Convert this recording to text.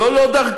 זו לא דרכנו.